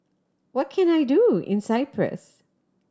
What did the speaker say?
what can I do in Cyprus